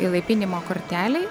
įlaipinimo kortelėj